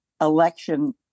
election